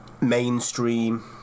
mainstream